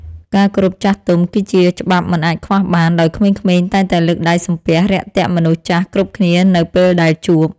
ការគោរពចាស់ទុំ គឺជាច្បាប់មិនអាចខ្វះបាន ដោយក្មេងៗតែងតែលើកដៃសំពះរាក់ទាក់មនុស្សចាស់គ្រប់គ្នានៅពេលដែលជួប។